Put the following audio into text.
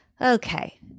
Okay